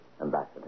ambassador